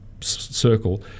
circle